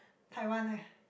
Taiwan ah